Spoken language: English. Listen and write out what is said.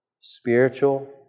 spiritual